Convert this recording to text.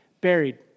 Buried